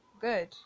Good